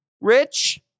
Rich